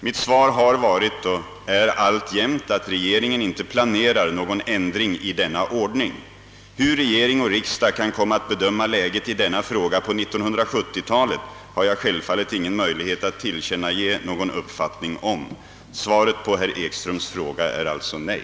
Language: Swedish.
Mitt svar har varit och är alltjämt att regeringen inte planerar någon ändring i denna ordning. Hur regering och riksdag kan komma att bedöma läget i denna fråga på 1970-talet har jag självfallet ingen möjlighet att tillkännage någon uppfattning om. Svaret på herr Ekströms fråga är alltså nej.